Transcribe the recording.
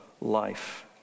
life